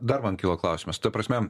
dar man kilo klausimas ta prasme